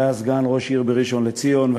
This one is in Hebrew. לי,